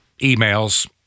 emails